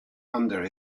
under